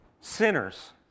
sinners